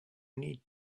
need